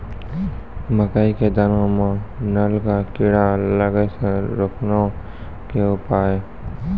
मकई के दाना मां नल का कीड़ा लागे से रोकने के उपाय?